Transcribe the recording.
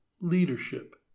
leadership